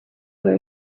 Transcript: where